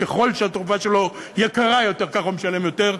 ככל שהתרופה שלו יקרה יותר ככה הוא משלם יותר,